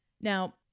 Now